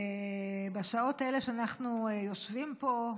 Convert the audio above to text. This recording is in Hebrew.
בשעות האלה שאנחנו יושבים פה,